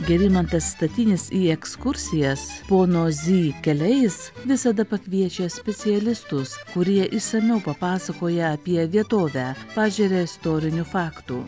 gerimantas statinis į ekskursijas pono zy keliais visada pakviečia specialistus kurie išsamiau papasakoja apie vietovę pažeria istorinių faktų